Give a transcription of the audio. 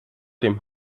dem